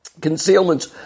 concealments